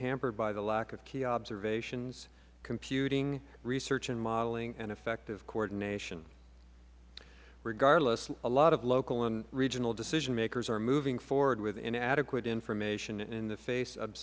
hampered by the lack of key observations computing research and modelling and effective coordination regardless a lot of local and regional decisionmakers are moving forward with inadequate information in the face of